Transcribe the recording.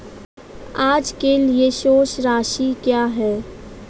आज के लिए शेष राशि क्या है?